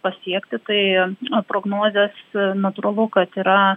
pasiekti tai prognozės natūralu kad yra